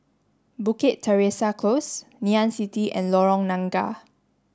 Bukit Teresa Close Ngee Ann City and Lorong Nangka